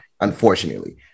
unfortunately